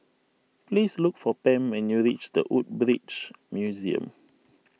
please look for Pam when you reach the Woodbridge Museum